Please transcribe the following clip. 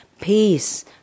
peace